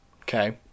Okay